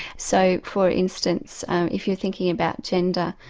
so for instance if you're thinking about gender,